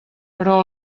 però